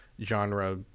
Genre